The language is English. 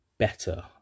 better